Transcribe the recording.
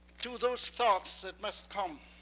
to those thoughts that must come